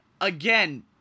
again